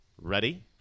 Ready